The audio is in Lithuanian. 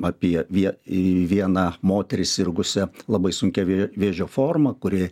apie vien i vieną moterį sirgusią labai sunkia vė vėžio forma kuri